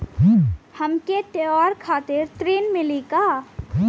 हमके त्योहार खातिर ऋण मिली का?